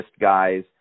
guys